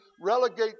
relegate